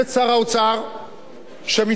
שמצד אחד, כשהיתה צמיחה,